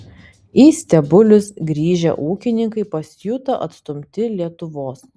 į stebulius grįžę ūkininkai pasijuto atstumti lietuvos